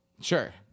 Sure